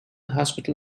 hospital